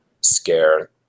scare